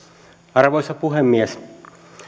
arvoisa puhemies